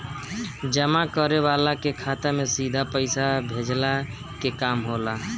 जमा करे वाला के खाता में सीधा पईसा भेजला के काम होला